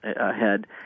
ahead